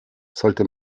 sollte